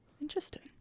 Interesting